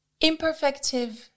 imperfective